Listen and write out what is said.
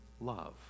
love